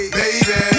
baby